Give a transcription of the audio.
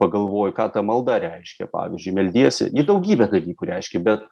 pagalvoji ką ta malda reiškia pavyzdžiui meldiesi į daugybę dalykų reiškia be